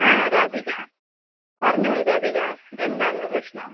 ആ രാധിക പറഞ്ഞോളൂ രാധിക എന്താണ് പ്രശ്നം